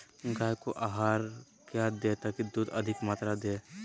गाय को आहार में क्या दे ताकि अधिक मात्रा मे दूध दे?